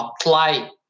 apply